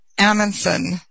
Amundsen